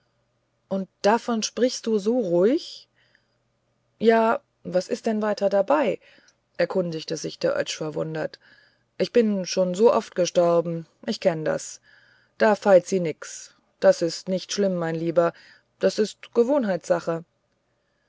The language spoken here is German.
und davon sprichst du so ruhig ja was ist denn weiter dabei erkundigt sich der oetsch verwundert ich bin schon oft gestorben ich kenn das da feit si nix das ist nicht schlimm mein lieber das ist gewohnheitssache